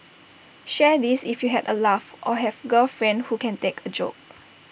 share this if you had A laugh or have girlfriend who can take A joke